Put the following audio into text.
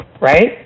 right